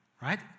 Right